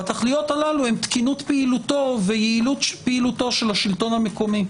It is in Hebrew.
והתכליות הללו הן תקינות פעילותו ויעילות פעילותו של השלטון המקומי.